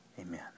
Amen